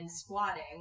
squatting